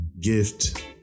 gift